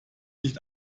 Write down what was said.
nicht